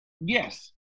Yes